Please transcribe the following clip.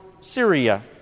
Syria